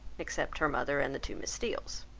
except her mother and the two miss steeles.